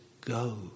go